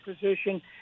position